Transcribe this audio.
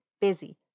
busy